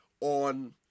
on